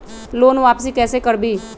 Loan वापसी कैसे करबी?